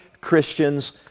Christian's